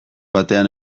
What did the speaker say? batean